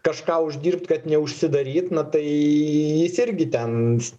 kažką uždirbt kad neužsidaryt na tai jis irgi ten